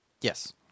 Yes